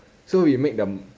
so we make the